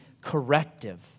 corrective